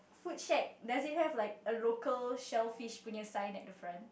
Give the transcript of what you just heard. food shack does it have like a local shellfish put in a side at front